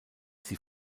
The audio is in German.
sie